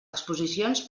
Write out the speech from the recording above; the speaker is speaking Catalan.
exposicions